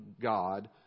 God